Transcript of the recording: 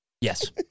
Yes